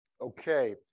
Okay